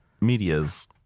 Medias